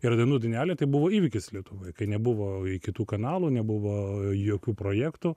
ir dainų dainelė tai buvo įvykis lietuvoj kai nebuvo kitų kanalų nebuvo jokių projektų